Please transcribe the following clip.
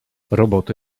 roboty